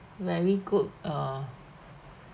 very good uh